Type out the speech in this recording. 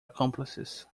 accomplices